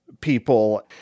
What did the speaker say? people